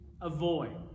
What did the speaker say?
avoid